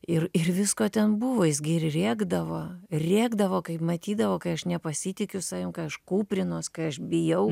ir ir visko ten buvo jis gi ir rėkdavo rėkdavo kai matydavo kai aš nepasitikiu savim kai aš kūprinuos kai aš bijau